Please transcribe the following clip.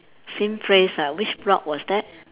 same place ah which block was that